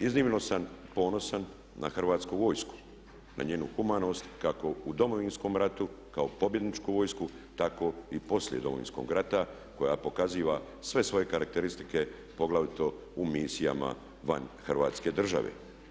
iznimno sam ponosan na Hrvatsku vojsku, na njenu humanost kako u Domovinskom ratu kao pobjedničku vojsku tako i poslije Domovinskog rata koja pokaziva sve svoje karakteristike poglavito u misijama van Hrvatske države.